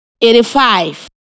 eighty-five